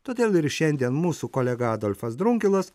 todėl ir šiandien mūsų kolega adolfas drungilas